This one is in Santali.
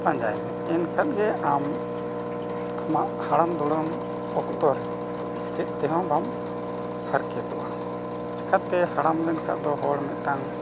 ᱯᱟᱸᱡᱟᱭ ᱢᱮ ᱮᱱ ᱠᱷᱟᱱᱜᱮ ᱟᱢ ᱟᱢᱟᱜ ᱦᱟᱲᱟᱢ ᱫᱩᱲᱩᱢ ᱚᱠᱛᱚ ᱨᱮ ᱪᱮᱫ ᱛᱮᱦᱚᱸ ᱵᱟᱢ ᱯᱷᱟᱨᱠᱮᱛᱚᱜᱼᱟ ᱪᱤᱠᱟᱹᱛᱮ ᱦᱟᱲᱟᱢ ᱞᱮᱱᱠᱷᱟᱱ ᱫᱚ ᱦᱚᱲ ᱢᱤᱫᱴᱟᱝ